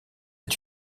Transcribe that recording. est